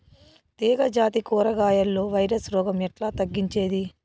తీగ జాతి కూరగాయల్లో వైరస్ రోగం ఎట్లా తగ్గించేది?